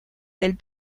del